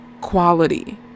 quality